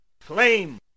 flame